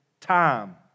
Time